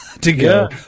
to-go